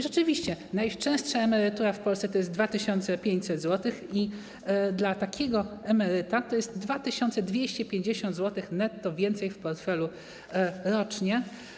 Rzeczywiście najczęstsza emerytura w Polsce to jest 2500 zł i dla takiego emeryta to jest 2250 zł netto więcej w portfelu rocznie.